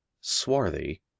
swarthy